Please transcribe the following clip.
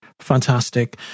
Fantastic